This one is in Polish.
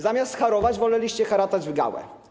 Zamiast harować woleliście haratać w gałę.